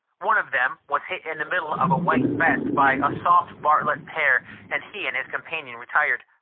one of them was hit in the middle of a white vest by a soft bartlett pear, and he and his companion retired.